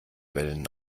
wellen